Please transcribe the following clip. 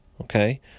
okay